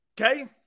Okay